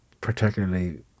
particularly